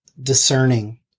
discerning